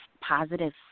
positive